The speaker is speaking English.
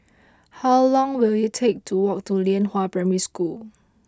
how long will it take to walk to Lianhua Primary School